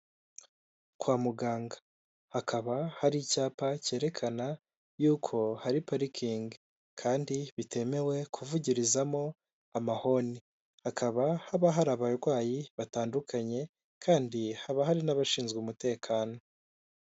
Kwa muganga, hakaba hari icyapa cyerekana yuko hari parikingi kandi bitemewe kuvugirizamo amahoni, hakaba haba hari abarwayi batandukanye kandi haba hari n'abashinzwe umutekano.